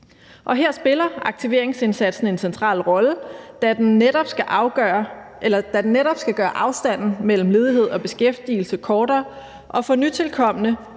Her spiller aktiveringsindsatsen en central rolle, da den netop skal gøre afstanden mellem ledighed og beskæftigelse kortere, og for nytilkomne